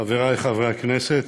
חבריי חברי הכנסת,